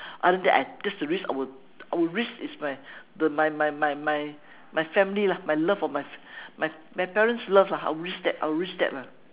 other than that I that's the risk I would I would risk is my the my my my my my family lah my love of my my my parents love lah I would risk that I would risk that lah